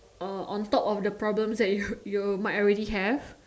or on top of the problems that you you might already have